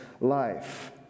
life